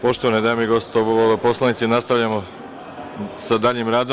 Poštovane dame i gospodo poslanici, nastavljamo sa daljim radom.